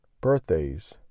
birthdays